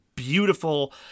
Beautiful